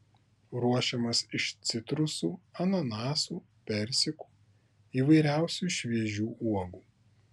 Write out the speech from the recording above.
ruošiamas iš citrusų ananasų persikų įvairiausių šviežių uogų